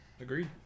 Agreed